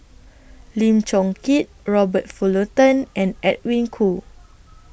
Lim Chong Keat Robert Fullerton and Edwin Koo